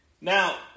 Now